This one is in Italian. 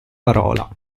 parola